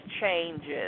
changes